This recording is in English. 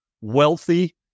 wealthy